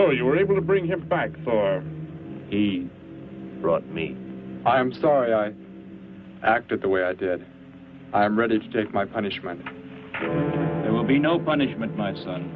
so you were able to bring him back he brought me i'm sorry i acted the way i did i'm ready to take my punishment it will be no punishment my son